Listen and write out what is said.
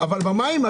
אבל לא זה מה שעומד